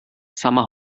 summer